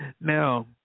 now